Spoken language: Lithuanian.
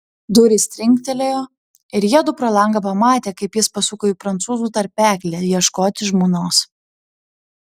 durys trinktelėjo ir jiedu pro langą pamatė kaip jis pasuko į prancūzų tarpeklį ieškoti žmonos